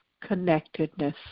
connectedness